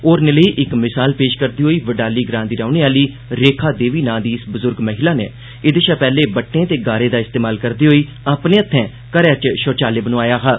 होरनें लेई इक मिसाल पेश करदे होई बडाली ग्रां दी रौहने आली रेखा देवी नांऽ दी इस बुजुर्ग महिला नै एह्दे शा पैहले बट्टें ते गारे दा इस्तेमाल करदे होई अपने हत्थें घरै च शौचालय बनाया हा